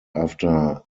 after